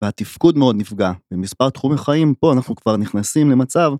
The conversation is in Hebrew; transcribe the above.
והתפקוד מאוד נפגע במספר תחומי חיים, פה אנחנו כבר נכנסים למצב...